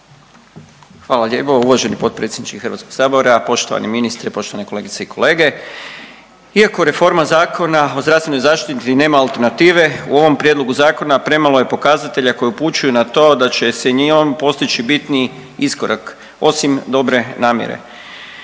Hvala lijepo uvaženi potpredsjedniče Hrvatskog sabora. Poštovani ministre, poštovane kolegice i kolege, iako reforma zakona o zdravstvenoj zaštiti nema alternative u ovom prijedlogu zakona premalo je pokazatelja koji upućuju na to da se …/Govornik se ne razumije./… postići bitni iskorak osim dobre namjere.